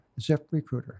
ZipRecruiter